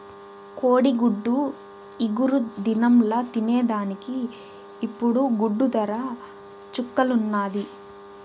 కోడిగుడ్డు ఇగురు దినంల తినేదానికి ఇప్పుడు గుడ్డు దర చుక్కల్లున్నాది